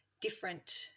different